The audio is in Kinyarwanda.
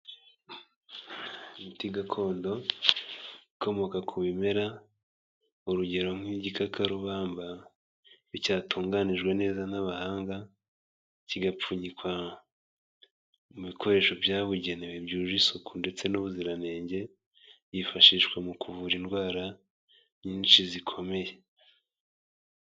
Imiti gakondo ikomoka ku bimera urugero nk'igikakarubamba cyatunganijwe neza n'abahanga kigapfunyikwa mu bikoresho byabugenewe byuje isuku ndetse n'ubuziranenge hifashishwa mu kuvura indwara nyinshi zikomeye.